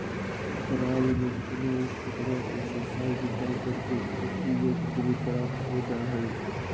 अंतराल में पुनः ऊ खेतवा के सफाई जुताई करके खेती योग्य भूमि प्राप्त हो जाहई